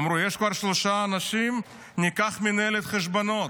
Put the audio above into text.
אמרו: שיש כבר שלושה אנשים, ניקח מנהלת חשבונות.